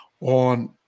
on